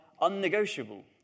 unnegotiable